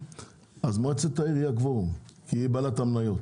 אז מועצת העיר היא הקבורום כי היא בעלת המניות.